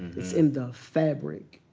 it's in the fabric,